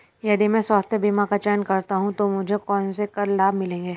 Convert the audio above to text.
यदि मैं स्वास्थ्य बीमा का चयन करता हूँ तो मुझे कौन से कर लाभ मिलेंगे?